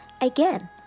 again